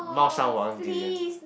Mao-Shan-Wang durian